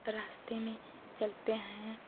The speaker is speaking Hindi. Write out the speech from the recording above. रास्ते में चलते हैं